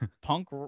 Punk